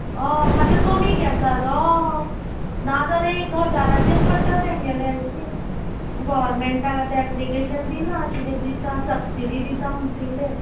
होय मातशें कमी घेतात हय नाजाल्या एक हजाराचेर पडटा तेंगेले शी गोवोरमेंटाक आतां एप्लिकेशन दिलां किदें दिता सबसिडी दिता म्हुटिल्लें